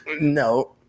no